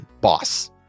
Boss